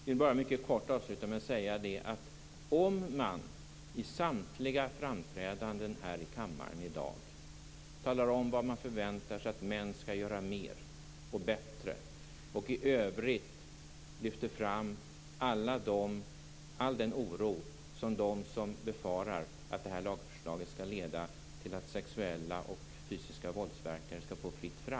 Herr talman! I samtliga framträdanden i kammaren i dag har man talat om vad man förväntar sig att män skall göra mer och bättre. Vidare har en oro lyfts fram om att lagförslaget skall leda till att det blir fritt fram för sexuella och fysiska våldsverkare.